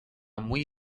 muy